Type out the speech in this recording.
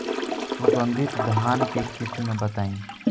सुगंधित धान के किस्म बताई?